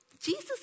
Jesus